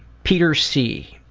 peter c.